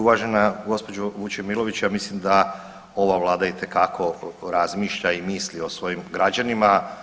Uvažena gospođu Vučemilović ja mislim da ova Vlada itekako razmišlja i misli o svojim građanima.